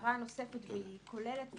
ההערה הנוספת היא כוללת,